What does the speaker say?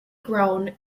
grown